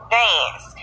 dance